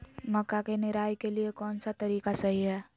मक्का के निराई के लिए कौन सा तरीका सही है?